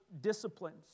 disciplines